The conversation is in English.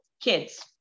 kids